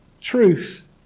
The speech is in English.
truth